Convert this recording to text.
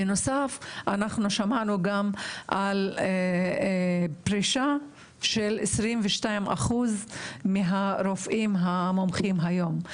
בנוסף שמענו גם על פרישה של 22% מהרופאים המומחים היום.